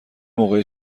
موقع